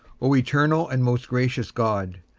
o eternal and most gracious god,